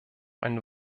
ein